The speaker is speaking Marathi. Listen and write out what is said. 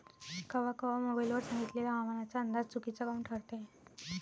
कवा कवा मोबाईल वर सांगितलेला हवामानाचा अंदाज चुकीचा काऊन ठरते?